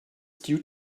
stew